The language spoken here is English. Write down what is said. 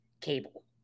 cable